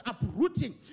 uprooting